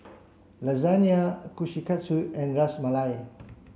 Lasagne Kushikatsu and Ras Malai